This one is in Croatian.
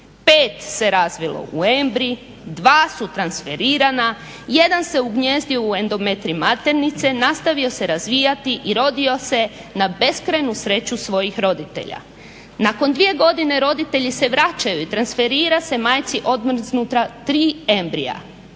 5 se razvilo u embrij, 2 su transferirana, 1 se ugnijezdio u endometrij maternice, nastavio se razvijati i rodio se na beskrajnu sreću svojih roditelja. Nakon dvije godine roditelji se vraćaju i transferira se majci odmrznuta tri embrija